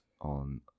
on